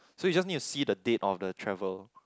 so you just need to see the date of the travel